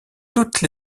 toutes